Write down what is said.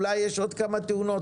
אולי יש עוד כמה תאונות,